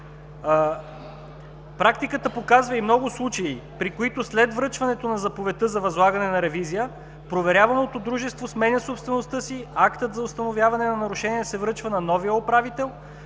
Практиката показва и много случаи, при които след връчването на заповедта за възлагане на ревизия, проверяваното дружество сменя собствеността си. Актът за установяване на нарушение се връчва на новия управител,